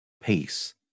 peace